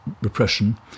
repression